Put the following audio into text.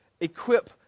equip